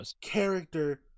character